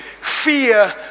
Fear